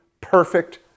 perfect